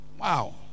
Wow